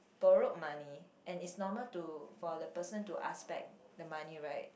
borrowed money and it's normal to for the person to ask back the money right